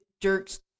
jerks